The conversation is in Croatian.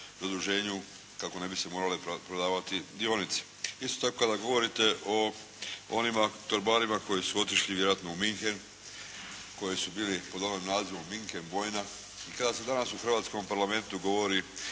kako ne bi se morale prodavati dionice. Isto tako kada govorite o onima torbarima koji su otišli vjerojatno u Munchen koji su bili po ovim nazivom Munchen, …/Govornik se ne razumije./… kada se danas u Hrvatskom parlamentu govori